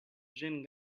gent